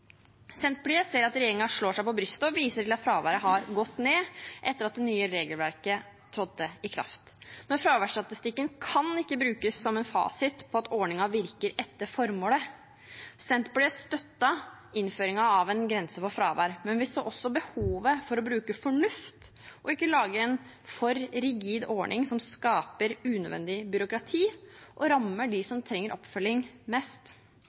Senterpartiet ser at regjeringen slår seg på brystet og viser til at fraværet har gått ned etter at det nye regelverket trådte i kraft. Men fraværsstatistikken kan ikke brukes som en fasit på at ordningen virker etter formålet. Senterpartiet støttet innføringen av en grense for fravær, men vi så også behovet for å bruke fornuft og ikke lage en for rigid ordning som skaper unødvendig byråkrati og rammer dem som trenger oppfølging, mest.